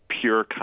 pure